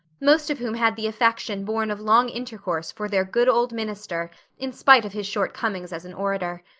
most of whom had the affection born of long intercourse for their good old minister in spite of his shortcomings as an orator.